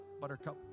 buttercup